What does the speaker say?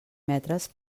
metres